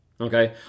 Okay